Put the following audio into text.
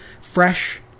fresh